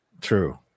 True